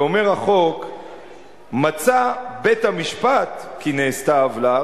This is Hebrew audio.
אומר החוק: מצא בית-המשפט כי נעשתה עוולה,